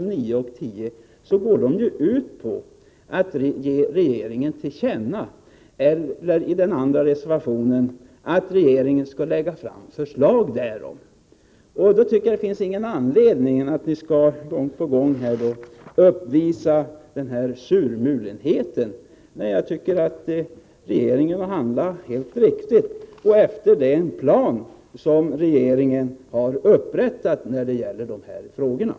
I den ena reservationen sägs att man vill att riksdagen skall ge regeringen reservanternas mening till känna, och i den andra att man vill att regeringen skall ”lägga fram förslag härom”. Jag tycker därför inte att det finns någon anledning att gång på gång uppvisa en sådan surmulenhet. Enligt min mening har regeringen handlat helt riktigt och efter den plan för dessa frågor som regeringen har upprättat.